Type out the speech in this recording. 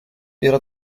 era